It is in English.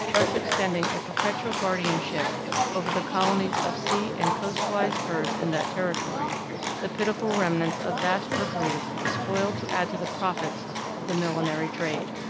thus extending a perpetual guardianship over the colonies of sea and coastwise birds in that territory the pitiful remnants of vast rookeries despoiled to add to the profits of the millinery trade.